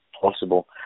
possible